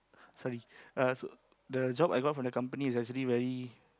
sorry uh so the job I got from the company is actually very